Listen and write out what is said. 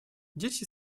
dzieci